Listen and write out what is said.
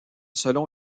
selon